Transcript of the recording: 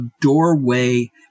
doorway